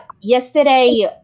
yesterday